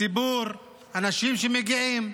ציבור, אנשים שמגיעים,